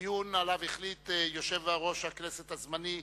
דיון שעליו החליט יושב-ראש הכנסת הזמני,